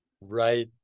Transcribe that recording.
Right